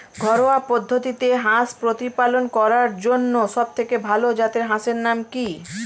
ঘরোয়া পদ্ধতিতে হাঁস প্রতিপালন করার জন্য সবথেকে ভাল জাতের হাঁসের নাম কি?